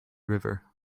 river